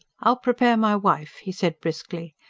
i'll prepare my wife, he said briskly.